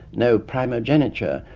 no primogeniture,